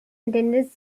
attended